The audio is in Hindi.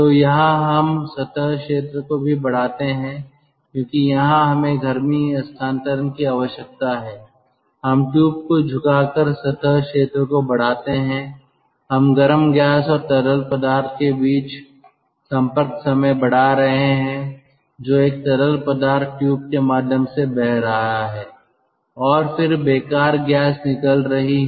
तो यहाँ हम सतह क्षेत्र को भी बढ़ाते हैं क्योंकि यहाँ हमें गर्मी हस्तांतरण की आवश्यकता है हम ट्यूब को झुकाकर सतह क्षेत्र को बढ़ाते हैं हम गर्म गैस और तरल पदार्थ के बीच संपर्क समय बढ़ा रहे हैं जो एक तरल पदार्थ ट्यूब के माध्यम से बह रहा है और फिर बेकार गैस निकल रही है